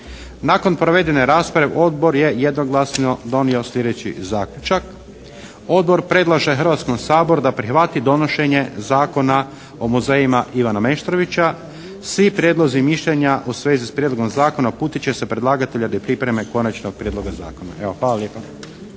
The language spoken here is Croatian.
Nakon provedene rasprave odbor je jednoglasno donio slijedeći zaključak. Odbor predlaže Hrvatskom saboru da prihvati donošenje Zakona o muzejima Ivana Meštrovića. Svi prijedlozi, mišljenja u svezi s prijedlogom zakona uputit će se predlagatelju radi pripreme konačnog prijedloga zakona. Hvala lijepa.